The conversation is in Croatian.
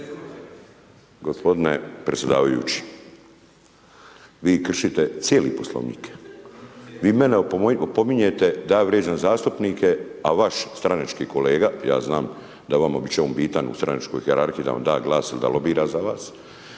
Gospodine predsjedavajući, vi kršite cijeli Poslovnik. Vi mene opominjete da ja vrijeđam zastupnike, a vaš stranački kolega, ja znam, da vama u mnogo čemu bitan u stranačkoj hijerarhiji da vam da glas da lobira za vas.